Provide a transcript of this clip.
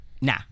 nah